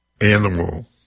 animal